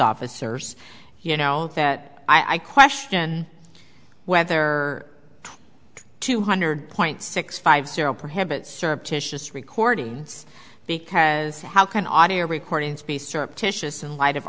officers you know that i question whether it's two hundred point six five zero prohibits surreptitious recordings because how can audio recordings be surreptitious in light of